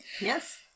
Yes